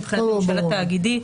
מבחינת הממשל התאגידי,